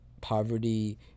poverty